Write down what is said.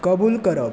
कबूल करप